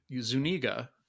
zuniga